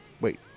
wait